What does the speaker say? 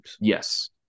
Yes